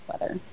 weather